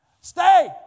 stay